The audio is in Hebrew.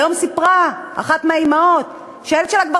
היום סיפרה אחת האימהות שהילד שלה כבר